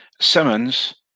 Simmons